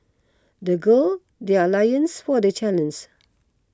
they girl their loins for the